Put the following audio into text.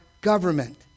government